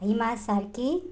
Hima Sarki